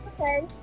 okay